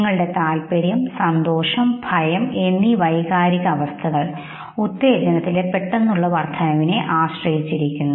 നിങ്ങളുടെ താൽപ്പര്യം സന്തോഷംഭയം എന്നീ വൈകാരികാവസ്ഥകൾ ഉത്തേജനത്തിലെ പെട്ടെന്നുള്ള വർദ്ധനവിനെ ആശ്രയിച്ചിരിക്കുന്നു